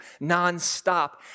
nonstop